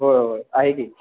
होय होय आहे की